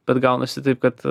bet gaunasi taip kad